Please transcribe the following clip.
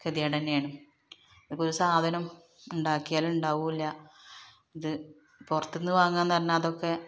ഗതികേടു തന്നെയാണ് ഇപ്പൊരു സാധനം ഉണ്ടാക്കിയാലുണ്ടാകില്ല ഇതു പുറത്തു നിന്ന് വാങ്ങാന്നറിഞ്ഞാൽ അതൊക്കെ